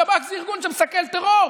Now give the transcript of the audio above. שב"כ זה ארגון שמסכל טרור.